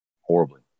Horribly